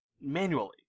manually